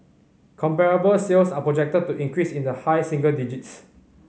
comparable sales are projected to increase in the high single digits